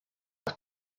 los